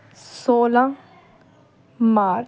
ਸੋਲ੍ਹਾਂ ਮਾਰਚ